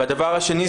והדבר השני,